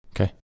Okay